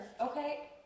Okay